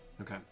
Okay